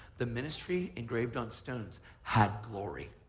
the ministry engraved on stones had glory,